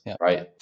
right